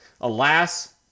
alas